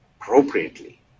appropriately